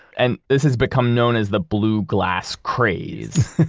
and this has become known as the blue glass craze.